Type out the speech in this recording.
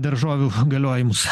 daržovių galiojimus